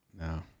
No